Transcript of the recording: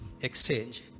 exchange